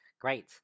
Great